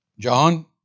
John